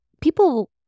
people